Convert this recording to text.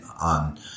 on